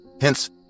hence